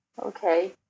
Okay